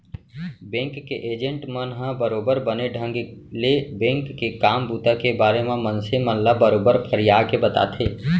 bank के agent मन ह बरोबर बने ढंग ले बेंक के काम बूता के बारे म मनसे मन ल बरोबर फरियाके बताथे